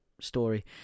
story